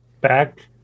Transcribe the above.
back